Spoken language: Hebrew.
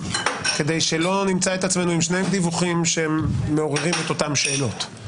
כדי שלא נמצא את עצמנו עם שני דיווחים שהם מעוררים את אותן שאלות.